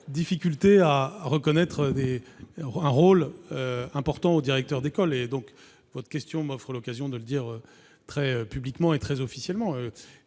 difficulté à reconnaître un rôle important au directeur d'école. C'est pour moi l'occasion de le dire publiquement et officiellement.